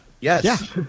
yes